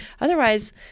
Otherwise